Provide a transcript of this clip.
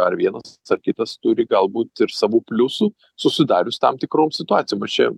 ar vienas ar kitas turi galbūt ir savų pliusų susidarius tam tikroms situacijom aš čia